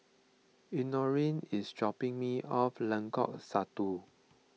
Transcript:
Elenore is dropping me off Lengkong Satu